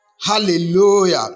Hallelujah